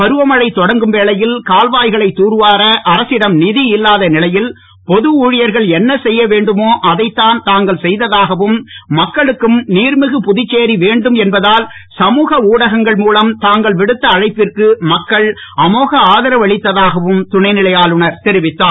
பருவமழை தொடங்கும் வேளையில் கால்வாய்களை தூர்வார அரசிடம் ந்தி இல்லாத நிலையில் பொது ஊழியர்கள் என்ன செய்ய வேண்டுமோ அதைத்தான் தாங்கள் செய்ததாகவும் மக்களுக்கும் நீர்மிகு புதுச்சேரி வேண்டும் என்பதால் சமுக ஊடகங்கள் ஆதரவளித்ததாகவும் துணைநிலை ஆளுநர் தெரிவித்தார்